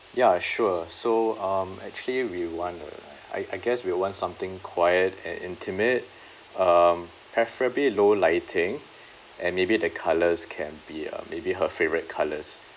ya sure so um actually we want a I I I guess we'll want something quiet and intimate um preferably low lighting and maybe the colours can be um maybe her favourite colours